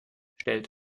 stellt